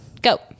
Go